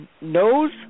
knows